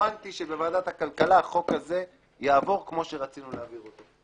שהאמנתי שבוועדת הכלכלה החוק הזה יעבור כמו שרצינו להעביר אותו.